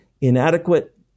inadequate